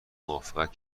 موافقت